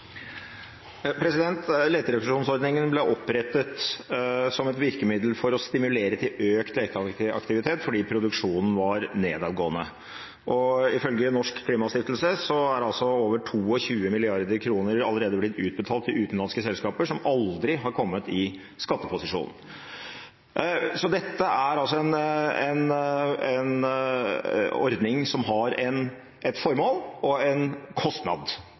Leterefusjonsordningen ble opprettet som et virkemiddel for å stimulere til økt leteaktivitet fordi produksjonen var nedadgående. Ifølge Norsk Klimastiftelse er over 22 mrd. kr allerede blitt utbetalt til utenlandske selskaper som aldri har kommet i skatteposisjon. Dette er altså en ordning som har et formål og en kostnad,